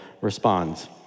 responds